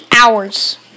hours